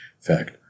fact